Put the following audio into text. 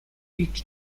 each